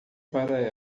para